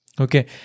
Okay